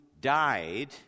died